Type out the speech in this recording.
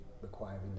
requiring